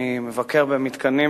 אני מבקר במתקנים,